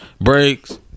Brakes